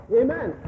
amen